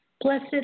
Blessed